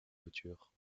couture